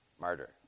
Martyr